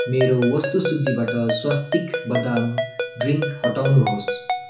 मेरो वस्तु सूचीबाट स्वास्तिक बदाम ड्रिङ्क हटाउनु होस्